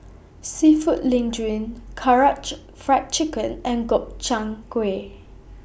Seafood Linguine Karaage Fried Chicken and Gobchang Gui